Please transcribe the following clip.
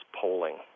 polling